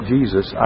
Jesus